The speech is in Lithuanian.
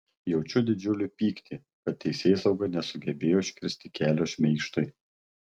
jaučiu didžiulį pyktį kad teisėsauga nesugebėjo užkirsti kelio šmeižtui